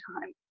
time